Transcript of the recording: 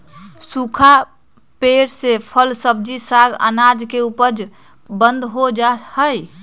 सूखा पेड़ से फल, सब्जी, साग, अनाज के उपज बंद हो जा हई